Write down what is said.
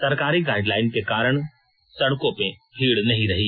सरकारी गाइडलाइन के कारण सड़कों में भीड़ नहीं रही